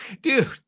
Dude